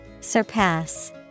Surpass